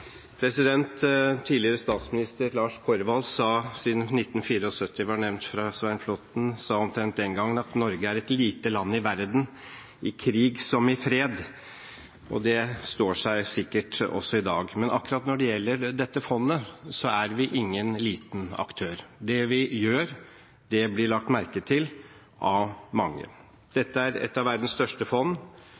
Siden 1974 var nevnt av representanten Svein Flåtten: Tidligere statsminister Lars Korvald sa omtrent den gangen at «Norge er et lite land i verden, i krig som i fred.» Det står seg sikkert også i dag, men akkurat når det gjelder dette fondet, er vi ingen liten aktør. Det vi gjør, blir lagt merke til av mange. Dette er et av verdens største fond.